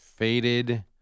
Faded